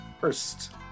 First